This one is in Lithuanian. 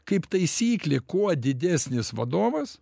kaip taisyklė kuo didesnis vadovas